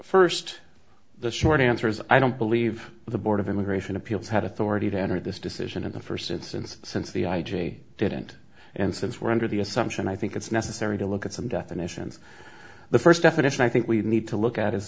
first the short answer is i don't believe the board of immigration appeals had authority to enter this decision in the first instance since the i j a didn't and since we're under the assumption i think it's necessary to look at some definitions the first definition i think we need to look at is